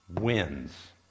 wins